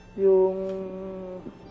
Yung